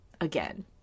again